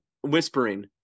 whispering